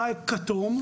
עכשיו בכתום,